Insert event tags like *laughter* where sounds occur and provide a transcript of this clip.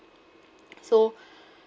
*noise* so *breath*